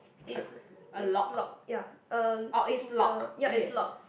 it's it's locked ya um in the ya it's locked